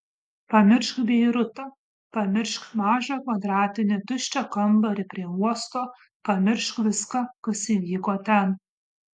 pamiršk beirutą pamiršk mažą kvadratinį tuščią kambarį prie uosto pamiršk viską kas įvyko ten